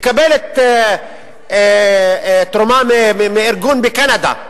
מקבלת תרומה מארגון בקנדה.